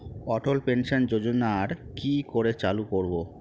অটল pension যোজনার কি করে চালু করব?